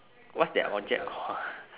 what's that object called ah